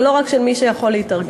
ולא רק של מי שיכול להתארגן.